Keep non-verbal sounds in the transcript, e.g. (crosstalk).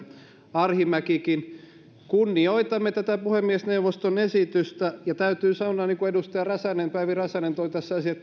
arhinmäkikin kunnioitamme tätä puhemiesneuvoston esitystä ja täytyy sanoa niin kuin edustaja päivi räsänen toi tässä esille (unintelligible)